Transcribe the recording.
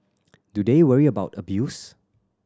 do they worry about abuse